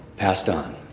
passed on